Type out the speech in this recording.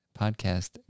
Podcast